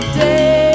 day